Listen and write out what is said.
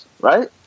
Right